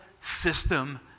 system